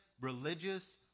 religious